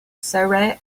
surrey